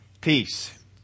Peace